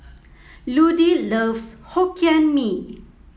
Ludie loves Hokkien Mee